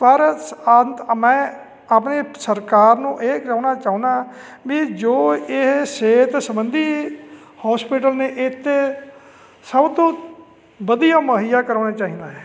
ਪਰ ਅੰਤ ਮੈਂ ਆਪਣੀ ਸਰਕਾਰ ਨੂੰ ਇਹ ਕਹਿਣਾ ਚਾਹੁੰਦਾ ਵੀ ਜੋ ਇਹ ਸਿਹਤ ਸੰਬੰਧੀ ਹੋਸਪਿਟਲ ਨੇ ਇੱਥੇ ਸਭ ਤੋਂ ਵਧੀਆ ਮੁਹੱਈਆ ਕਰਵਾਉਣਾ ਚਾਹੀਦਾ ਹੈ